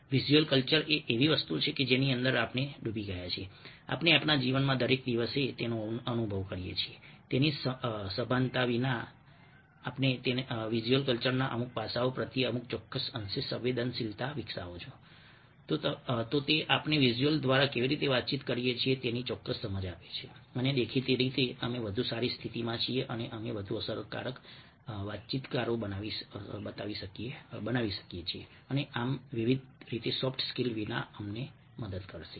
visual culture એ એવી વસ્તુ છે કે જેની અંદર આપણે ડૂબી ગયા છીએ આપણે આપણા જીવનના દરેક દિવસે તેનો અનુભવ કરીએ છીએ તેની સભાનતા વિના જો કે જો તમે વિઝ્યુઅલ કલ્ચરના અમુક પાસાઓ પ્રત્યે અમુક ચોક્કસ અંશે સંવેદનશીલતા વિકસાવો છો તો તે આપણને વિઝ્યુઅલ્સ દ્વારા કેવી રીતે વાતચીત કરીએ છીએ તેની ચોક્કસ સમજ આપે છે અને દેખીતી રીતે અમે વધુ સારી સ્થિતિમાં છીએ અને અમે વધુ અસરકારક વાતચીતકારો બનાવી શકીએ છીએ અને આમ વિવિધ રીતે સોફ્ટ સ્કિલ વિના અમને મદદ કરશે